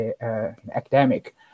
academic